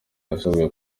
irasozwa